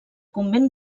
convent